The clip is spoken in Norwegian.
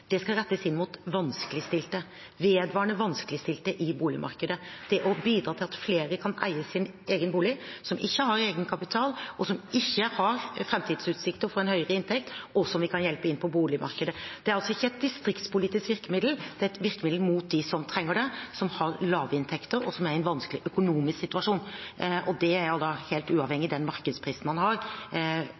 Det skal rettes inn mot vanskeligstilte, vedvarende vanskeligstilte i boligmarkedet og bidra til at flere kan eie sin egen bolig – som ikke har egenkapital, som ikke har framtidsutsikter for en høyere inntekt, men som vi kan hjelpe inn på boligmarkedet. Det er altså ikke et distriktspolitisk virkemiddel, det er et virkemiddel inn mot dem som trenger det, som har lave inntekter, og som er i en vanskelig økonomisk situasjon. Det er helt uavhengig av den markedsprisen man har